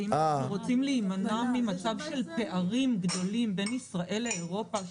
ורוצים להימנע ממצב של פערים גדולים בין ישראל לאירופה,